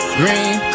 green